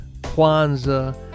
Kwanzaa